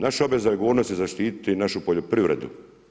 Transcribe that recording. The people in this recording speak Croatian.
Naša obaveza i odgovornost je zaštititi našu poljoprivredu.